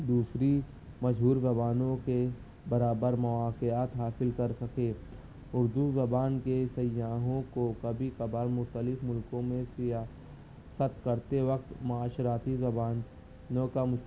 دوسری مشہور زبانوں کے برابر مواقعات حاصل کر سکے اردو زبان کے سیاحوں کو کبھی کبھار مختلف ملکوں میں سیاست کرتے وقت معاشراتی زبانوں کا